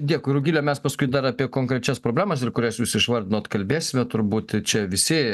dėkui rugile mes paskui dar apie konkrečias problemas ir kurias jūs išvardinot kalbėsime turbūt čia visi